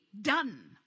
done